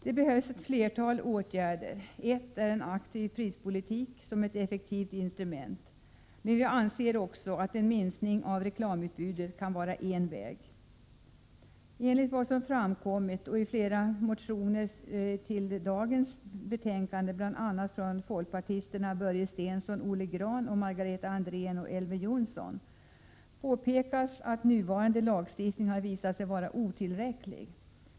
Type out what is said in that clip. Det behövs ett flertal åtgärder. En aktiv prispolitik är ett effektivt instrument, men en minskning av reklamutbudet kan också vara en väg. Enligt vad som framkommer i flera motioner som behandlas i dagens betänkande, bl.a. från folkpartisterna Börje Stensson, Olle Grahn, Margareta Andrén och Elver Jonsson, har nuvarande lagstiftning visat sig vara otillräcklig.